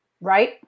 Right